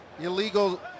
Illegal